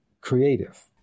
creative